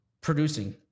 producing